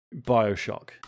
Bioshock